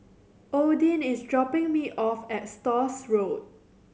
Odin is dropping me off at Stores Road